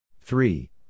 Three